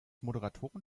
moderatoren